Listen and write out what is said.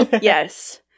Yes